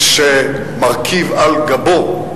שמרכיב על גבו,